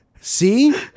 See